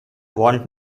want